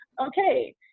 okay